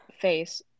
face